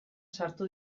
sartu